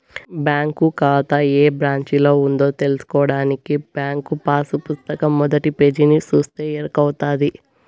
bank కాతా ఏ బ్రాంచిలో ఉందో తెల్సుకోడానికి బ్యాంకు పాసు పుస్తకం మొదటి పేజీని సూస్తే ఎరకవుతది